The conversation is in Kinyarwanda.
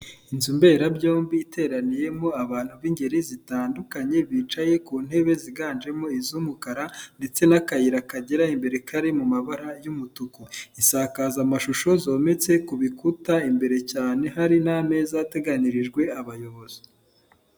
Inzu mberabyombi iteraniyemo abantu b'ingeri zitandukanye, bicaye ku ntebe ziganjemo iz'umukara ndetse n'akayira kagera imbere kari mu mabara y'umutuku, isakazamashusho zometse ku bikuta, imbere cyane hari n'ameza ateganirijwe abayobozi.